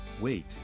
wait